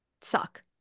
suck